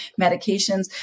medications